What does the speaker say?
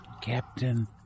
Captain